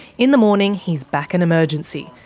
in the morning he's back in emergency,